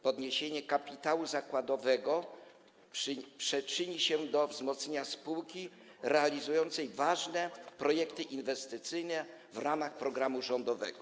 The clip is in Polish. Podniesienie kapitału zakładowego przyczyni się do wzmocnienia spółki realizującej ważne projekty inwestycyjne w ramach programu rządowego.